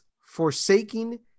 forsaking